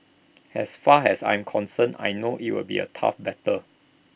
as far as I'm concerned I know IT will be A tough battle